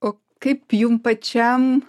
o kaip jum pačiam